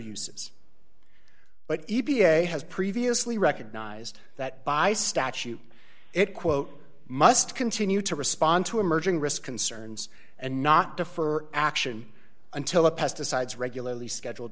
uses but e p a has previously recognized that by statute it quote must continue to respond to emerging risk concerns and not defer action until the pesticides regularly scheduled